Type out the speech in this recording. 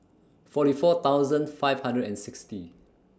forty four thousand five hundred and sixty